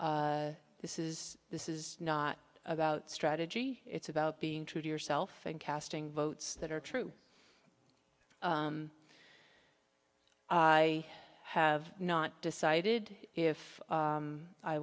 this is this is not about strategy it's about being true to yourself and casting votes that are true i have not decided if